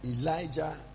Elijah